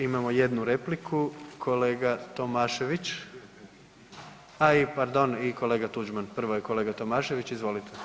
Imamo jednu repliku kolega Tomašević, a i pardon, i kolega Tuđman, prvo je kolega Tomašević, izvolite.